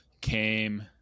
came